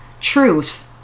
truth